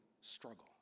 struggle